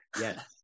Yes